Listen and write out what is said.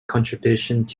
contributions